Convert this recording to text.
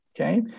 okay